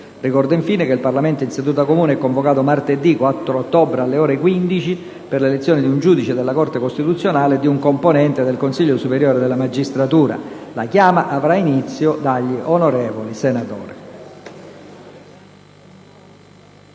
Ricordo infine che il Parlamento in seduta comune è convocato martedì 4 ottobre, alle ore 15, per 1'elezione di un giudice della Corte costituzionale e di un componente del Consiglio superiore della magistratura. La chiama avrà inizio dagli onorevoli